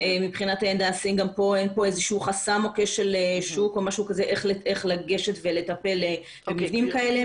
מבחינת הידע אין חסם או כשל שוק איך לגשת ולטפל במבנים כאלה.